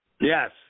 Yes